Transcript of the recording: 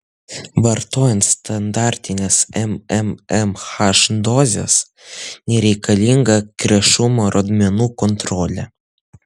vartojant standartines mmmh dozes nereikalinga krešumo rodmenų kontrolė